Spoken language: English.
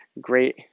great